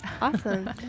Awesome